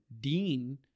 Dean